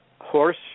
horse